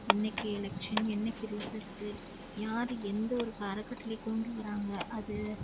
என்னைக்கு எலெக்ஷன் என்னைக்கு ரிசல்ட்டு யார் எந்தவொரு அறக்கட்டளை கொண்டு வராங்க அது